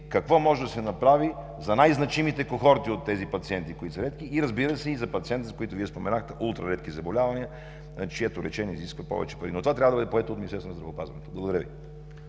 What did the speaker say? какво може да се направи за най-значимите кохорти от тези пациенти, които са редки, и разбира се, и за пациентите, които Вие споменахте, с ултраредки заболявания, чието лечение изисква повече пари. Но това трябва да бъде поето от Министерството на здравеопазването. Благодаря Ви.